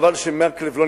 הרב מקלב,